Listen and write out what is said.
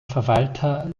verwalter